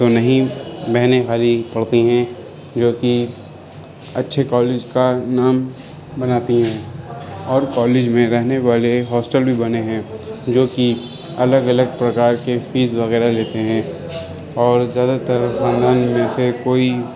تو نہیں بہنیں خالی پڑھتی ہیں جوکہ اچھے کالج کا نام بناتی ہیں اور کالج میں رہنے والے ہاسٹل بھی بنے ہیں جوکہ الگ الگ پرکار کے فیس وغیرہ لیتے ہیں اور زیادہ تر خاندان میں سے کوئی